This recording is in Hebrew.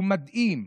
הוא מדהים,